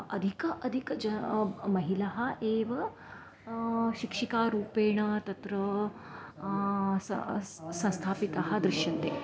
अधिकाः अधिकाः ज महिलाः एव शिक्षिकारूपेण तत्र संस्थापिताः दृश्यन्ते